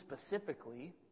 specifically